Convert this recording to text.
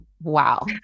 Wow